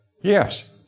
Yes